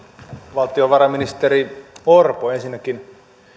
valtiovarainministeri orpo ensinnäkin